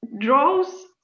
draws